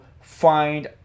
find